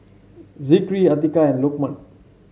Zikri Atiqah and Lokman